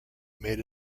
made